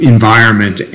Environment